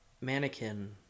mannequin